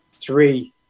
three